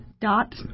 dot